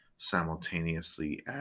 simultaneously